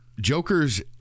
Joker's